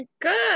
Good